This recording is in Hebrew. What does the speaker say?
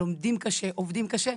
לומדים קשה ועובדים קשה,